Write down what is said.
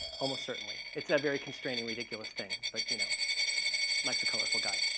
almost certainly, it's a very constraining ridiculous thing. but you know mike's a colorful guy.